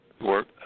work